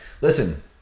Listen